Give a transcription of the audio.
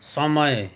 समय